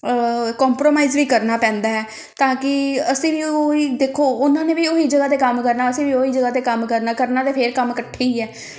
compromise ਵੀ ਕਰਨਾ ਪੈਂਦਾ ਹੈ ਤਾਂ ਕਿ ਅਸੀਂ ਵੀ ਉਹੀ ਦੇਖੋ ਉਹਨਾਂ ਨੇ ਵੀ ਉਹੀ ਜਗ੍ਹਾ 'ਤੇ ਕੰਮ ਕਰਨਾ ਅਸੀਂ ਵੀ ਉਹੀ ਜਗ੍ਹਾ 'ਤੇ ਕੰਮ ਕਰਨਾ ਕਰਨਾ ਤਾਂ ਫਿਰ ਕੰਮ ਇਕੱਠੇ ਹੀ ਹੈ